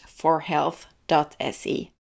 forhealth.se